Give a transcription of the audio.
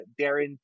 Darren